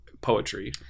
poetry